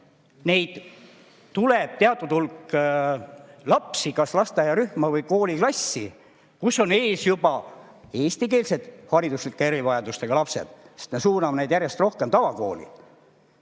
kuidas tuleb teatud hulk lapsi kas lasteaiarühma või kooliklassi, kus on ees juba eestikeelsed hariduslike erivajadustega lapsed, sest me suuname neid järjest rohkem tavakooli.